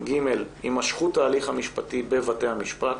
הימשכות התהליך המשפטי בבתי המשפט